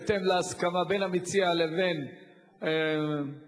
בהתאם להסכמה בין המציע לבין הממשלה,